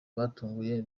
batunguye